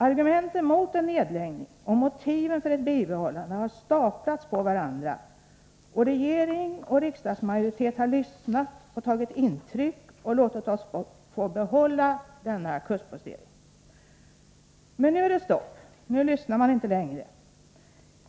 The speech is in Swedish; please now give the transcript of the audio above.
Argumenten mot en nedläggning och motiven för ett bibehållande har staplats på varandra, och regering och riksdagsmajoritet har lyssnat och tagit intryck och låtit oss få behålla denna kustpostering. Men nu är det stopp. Nu lyssnar man inte längre.